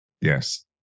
Yes